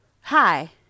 Hi